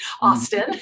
Austin